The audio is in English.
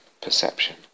perception